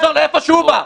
שיחזור לאיפה שהוא בא.